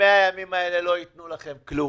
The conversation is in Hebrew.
ה-100 ימים האלה לא יתנו לכם כלום.